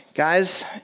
Guys